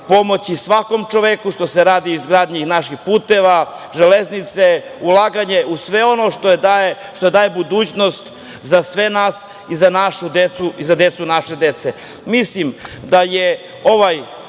pomoći svakom čoveku, što se radi na izgradnji naših puteva, železnice, ulaganje u sve ono što daje budućnost za sve nas i za našu decu i decu naše